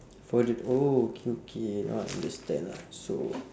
for the oh okay okay now I understand lah so